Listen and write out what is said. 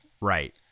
Right